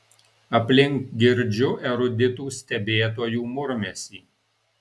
aplink girdžiu eruditų stebėtojų murmesį